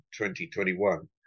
2021